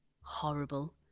horrible